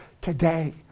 today